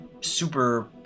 super